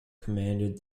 commanded